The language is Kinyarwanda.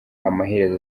amaherezo